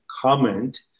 comment